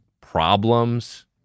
Problems